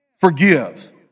forgive